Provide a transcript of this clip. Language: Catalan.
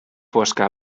fosca